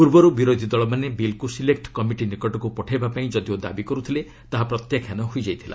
ପୂର୍ବର୍ ବିରୋଧି ଦଳମାନେ ବିଲ୍କୁ ସିଲେକ୍ଟ କମିଟି ନିକଟକୁ ପଠାଇବାପାଇଁ ଯଦିଓ ଦାବି କରୁଥିଲେ ତାହା ପ୍ରତ୍ୟାଖ୍ୟାନ ହୋଇଯାଇଥିଲା